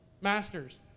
Masters